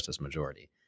majority